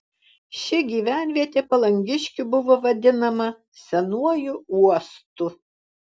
ši gyvenvietė palangiškių buvo vadinama senuoju uostu